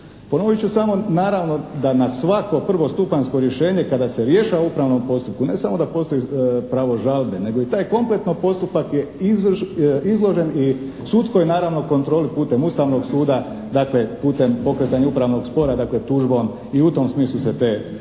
Ponovit ću samo, naravno da na svako prvostupanjsko rješenje kada se rješava u upravnom postupku ne samo da postoji pravo žalbe nego i taj kompletno postupak je izložen i sudskoj, naravno, kontroli putem Ustavnog suda, dakle, putem pokretanja upravnog spora. Dakle, tužbom i u tom smislu se, dakle,